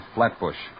Flatbush